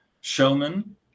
showman